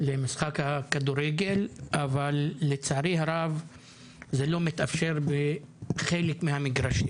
אבל לצערי הרב זה לא מתאפשר בחלק מהמגרשים.